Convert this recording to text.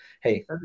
hey